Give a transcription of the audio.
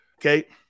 Okay